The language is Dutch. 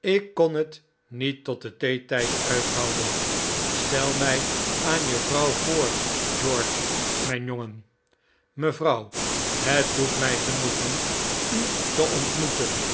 ik kon het niet tot theetijd uithouden stel mij aan je vrouw voor george mijn jongen mevrouw het doet mij genoegen u te ontmoeten